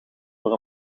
door